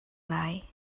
lai